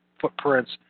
footprints